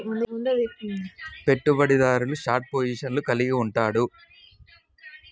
పెట్టుబడిదారుడు షార్ట్ పొజిషన్లను కలిగి ఉంటాడు